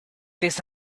this